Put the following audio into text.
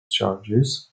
charges